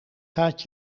gaat